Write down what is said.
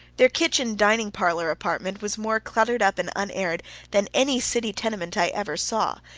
their kitchen-dining-parlor apartment was more cluttered up and unaired than any city tenement i ever saw,